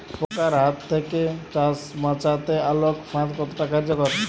পোকার হাত থেকে চাষ বাচাতে আলোক ফাঁদ কতটা কার্যকর?